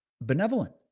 benevolent